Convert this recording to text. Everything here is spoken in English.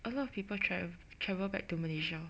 a lot of people tra~ travel back to Malaysia